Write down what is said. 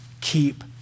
keep